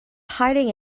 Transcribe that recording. hiding